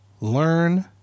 Learn